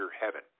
heaven